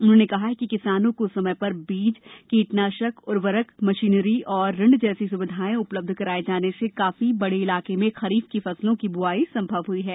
उन्होंने कहा कि किसानों को समय पर बीज कीटनाशक उर्वरक मशीनरी और ऋण जैसी सुविधाएं उपलब्ध कराए जाने से काफी बड़े इलाके में खरीफ की फसलों की बुआई संभव हुई है